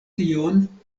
tion